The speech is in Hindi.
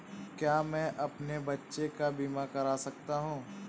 क्या मैं अपने बच्चों का बीमा करा सकता हूँ?